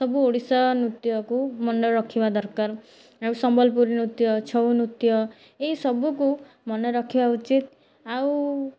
ସବୁ ଓଡ଼ିଶା ନୃତ୍ୟକୁ ମନେ ରଖିବା ଦରକାର ଆଉ ସମ୍ବଲପୁରୀ ନୃତ୍ୟ ଛଉ ନୃତ୍ୟ ଏଇସବୁକୁ ମନେ ରଖିବା ଉଚିତ ଆଉ